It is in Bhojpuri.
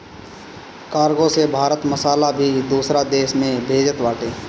कार्गो से भारत मसाला भी दूसरा देस में भेजत बाटे